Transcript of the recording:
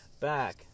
back